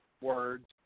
words